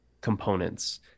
components